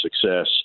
success